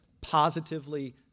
positively